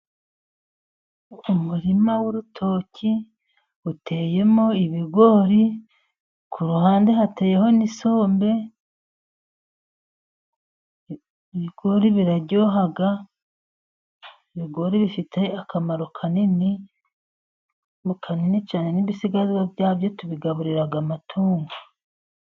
Umurima w'urutoki ,uteyemo ibigori kuhande hateyeho n'isombe. Ibigori bifite akamaro kaniniini cyane nibisigazwa byabyo tubigaburira amatungo.